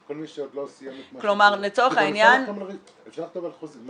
כל מי שעוד לא סיים את מה --- אפשר לחתום על חוזים,